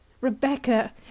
Rebecca